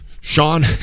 Sean